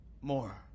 more